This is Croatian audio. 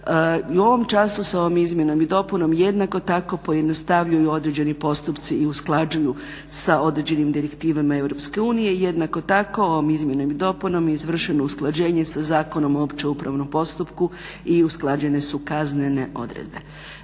u ovom času se ovom izmjenom i dopunom jednako tako pojednostavljuju određeni postupci i usklađuju sa određenim direktivama Europske unije. Jednako tako ovom izmjenom i dopunom je izvršeno usklađenje sa Zakonom o općem upravnom postupku i usklađene su kaznene odredbe.